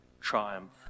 triumph